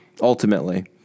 ultimately